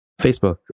Facebook